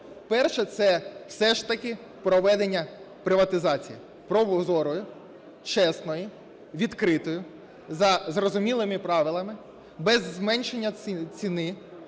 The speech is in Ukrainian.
Перше. Це все ж таки проведення приватизації прозорої, чесної, відкритої, за зрозумілими правилами, без зменшення ціни,